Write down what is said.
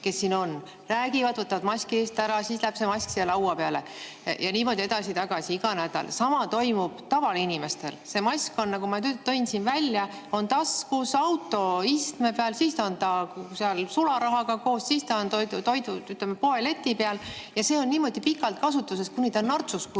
kes räägivad, võtavad maski eest ära, siis läheb see mask siia laua peale ja niimoodi edasi-tagasi iga nädal. Sama toimub tavainimestel. See mask on, nagu ma tõin siin välja, taskus, autoistme peal, siis ta on seal sularahaga koos, siis ta on poeleti peal. Ja see on niimoodi pikalt kasutuses, kuni ta on nartsuks